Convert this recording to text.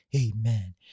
Amen